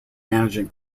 managing